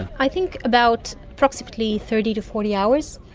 i think about approximately thirty to forty hours,